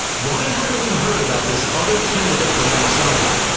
why haven't we heard about this other candidate for mount sinai?